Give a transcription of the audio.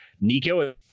nico